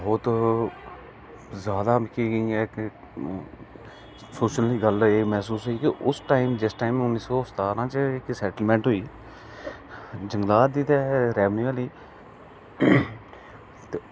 बहुत जादा मिगी इंया इक्क सोचने दी गल्ल इंया महसूस होई की जिस टाईम उन्नी सौ सतारां च इक्क सैटलमैंट होई जंगलात दी ते ऐल्लै निं होई